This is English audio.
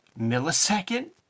millisecond